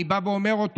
אני בא ואומר אותו.